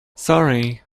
sorry